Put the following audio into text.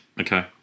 Okay